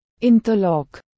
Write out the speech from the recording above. interlock